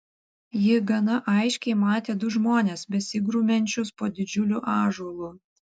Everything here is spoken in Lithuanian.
ji gana aiškiai matė du žmones besigrumiančius po didžiuliu ąžuolu